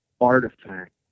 artifact